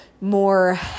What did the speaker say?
more